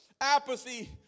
Apathy